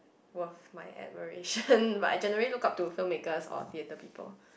worth my admiration but I generally look up to film makers or theatre people